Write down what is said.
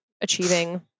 achieving